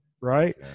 right